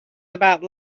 about